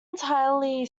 entirely